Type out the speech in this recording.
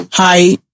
Hi